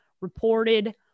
reported